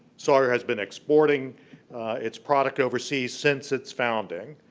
sawyer has been exporting its product overseas since its founding,